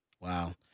Wow